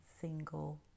single